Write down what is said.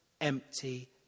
empty